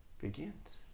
begins